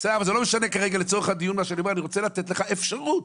אני רוצה לתת לך אפשרות,